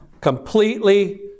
completely